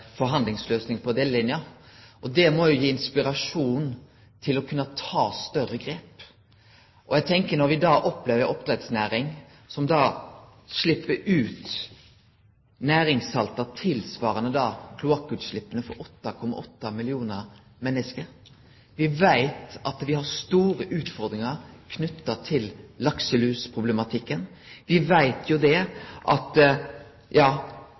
ta større grep – og eg tenkjer på at me opplever ei oppdrettsnæring som slepp ut næringssalt tilsvarande kloakkutsleppa for 8,8 millionar menneske. Me veit at me har store utfordringar knytte til lakselusproblematikken, og me veit